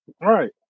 Right